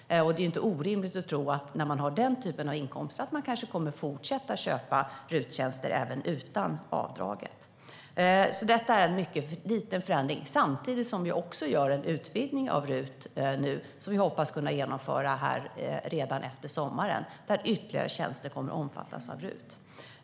Det är inte orimligt att tro att människor med den typen av inkomst kommer att fortsätta köpa RUT-tjänster även utan avdrag. Det är alltså en mycket liten förändring. Samtidigt gör vi en utvidgning av RUT som vi hoppas kunna genomföra redan efter sommaren. Då kommer ytterligare tjänster att omfattas av RUT.